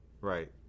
right